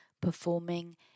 performing